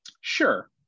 Sure